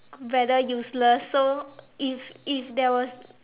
rather useless so if if there was